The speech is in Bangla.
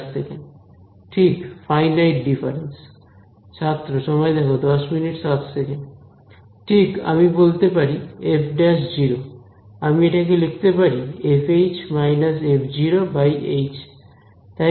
f′ ঠিক ফাইনাইট ডিফারেন্স ঠিক আমি বলতে পারি f ′ আমি এটাকে লিখতে পারি f − f h